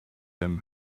him